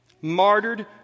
martyred